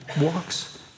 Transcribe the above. walks